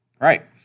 Right